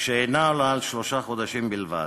שאינה עולה על שלושה חודשים בלבד.